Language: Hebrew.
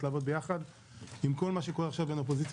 לעבוד ביחד עם כל מה שקורה עכשיו בין אופוזיציה